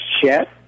chat